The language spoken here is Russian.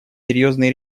серьезные